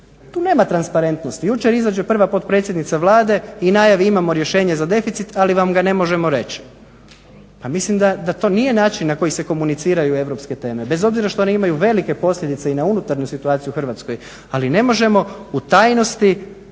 Tu nema transparentnosti. Jučer izađe prva potpredsjednica Vlade i najavi imamo rješenje za deficit, ali vam ga ne možete reći. Pa mislim da to nije način na koji se komuniciraju europske teme, bez obzira što one imaju velike posljedice i na unutarnju situaciju u Hrvatskoj ali ne možemo u tajnosti